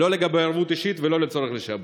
לא לגבי ערבות אישית ולא לצורך בשעבוד.